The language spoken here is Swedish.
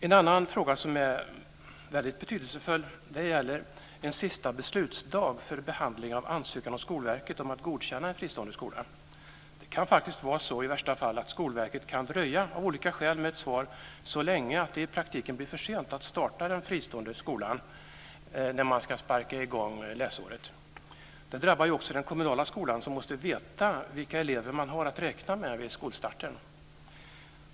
En annan fråga som är väldigt betydelsefull gäller detta med sista beslutsdag för behandling av ansökan hos Skolverket om att godkänna en fristående skola. I värsta fall kan det faktiskt vara så att Skolverket av olika skäl kan dröja med ett svar så länge att det i praktiken blir för sent att starta den fristående skolan när man ska sparka i gång läsåret. Det drabbar också den kommunala skolan som måste veta vilka elever man har att räkna med vid skolstarten.